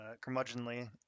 curmudgeonly